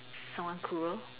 someone cruel